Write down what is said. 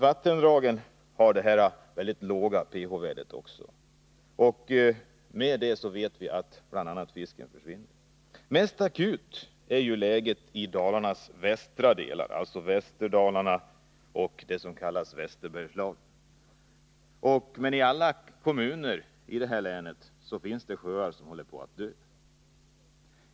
Vattendragen har också ett väldigt lågt ph-värde. Vi vet att detta bl.a. leder till att fisken försvinner. Mest akut är läget i Dalarnas västra delar, alltså i Västerdalarna och i den del som kallas Västerbergslagen. Men i alla kommuner i länet finns sjöar som håller på att dö.